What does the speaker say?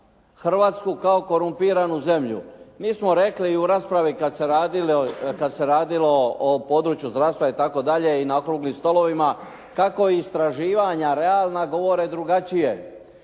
Hrvatsku kao korumpiranu zemlju. Mi smo rekli i u raspravi kada se radio o području zdravstva itd. i na okruglim stolovima, kako istraživanja realna govore drugačije.